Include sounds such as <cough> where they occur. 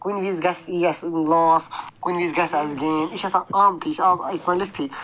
کُنہِ وِزِ گژھِ یِیَس لاس کُنہِ وِزِ گژھِ اَسہِ گین یہِ چھِ آسان آمتی یہِ چھِ <unintelligible> یہِ چھِ آسان لیٚکھتھٕے